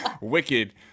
Wicked